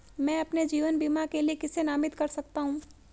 मैं अपने जीवन बीमा के लिए किसे नामित कर सकता हूं?